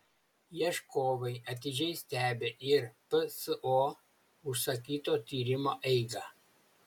ieškovai atidžiai stebi ir pso užsakyto tyrimo eigą